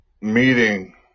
meeting